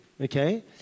okay